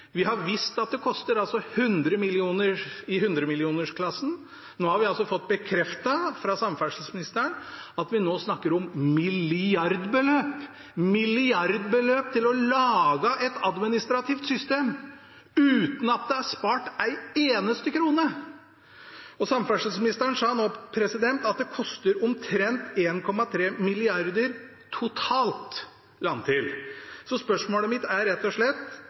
Vi har visst at det koster i hundremillionersklassen. Nå har vi fått bekreftet av samferdselsministeren at vi snakker om milliardbeløp – milliardbeløp – for å lage et administrativt system, uten at det er spart en eneste krone! Samferdselsministeren sa nå at det koster omtrent 1,3 mrd. kr – totalt, la han til. Så spørsmålet mitt er rett og slett: